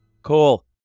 cool